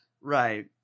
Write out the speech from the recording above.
Right